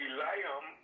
Eliam